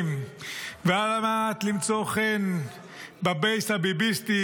ועל מנת למצוא חן בעיני הבייס הביביסטי,